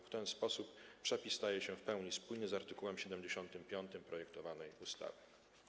W ten sposób przepis staje się w pełni spójny z art. 75 projektowanej ustawy.